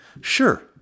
Sure